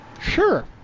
Sure